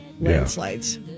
landslides